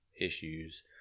issues